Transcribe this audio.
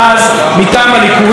חברת הכנסת פדידה,